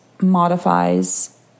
modifies